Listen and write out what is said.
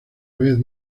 vez